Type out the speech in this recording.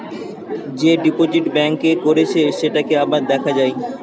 যে deposit bank এ করেছে সেটাকে আবার দেখা যায়